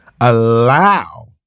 allow